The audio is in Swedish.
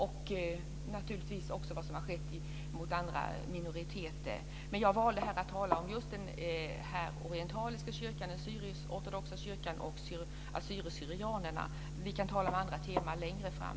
Det gäller naturligtvis också vad som har skett med andra minoriteter. Men jag valde här att tala om just den orientaliska kyrkan, den syrisk-ortodoxa kyrkan och assyrier/syrianerna. Vi kan tala om andra teman längre fram.